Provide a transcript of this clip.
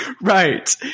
right